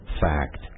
fact